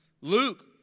Luke